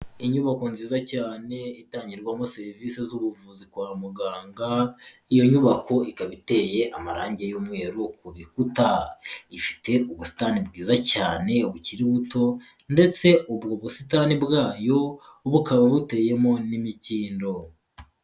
Inyubako nziza cyane itangirwamo serivisi z'ubuvuzi kwa muganga, iyo nyubako ikaba iteye amarangi y'umweru ku bikuta, ifite ubusitani bwiza cyane bukiri buto ndetse ubwo busitani bwayo bukaba buteyemo n'imikindo.